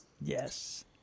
Yes